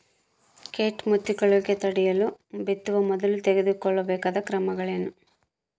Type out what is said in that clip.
ಕೇಟ ಮುತ್ತಿಕೊಳ್ಳುವಿಕೆ ತಡೆಯಲು ಬಿತ್ತುವ ಮೊದಲು ತೆಗೆದುಕೊಳ್ಳಬೇಕಾದ ಕ್ರಮಗಳೇನು?